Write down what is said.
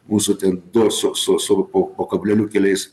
mūsų ten du su su su po po kableliu keliais